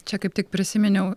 čia kaip tik prisiminiau